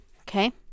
Okay